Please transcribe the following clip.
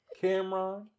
Cameron